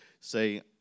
say